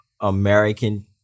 American